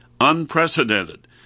unprecedented